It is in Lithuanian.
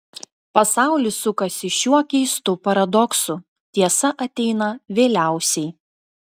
pasaulis sukasi šiuo keistu paradoksu tiesa ateina vėliausiai